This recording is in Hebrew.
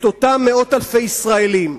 את אותם מאות אלפי ישראלים,